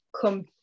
come